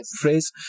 phrase